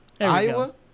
Iowa –